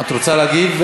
את רוצה להגיב?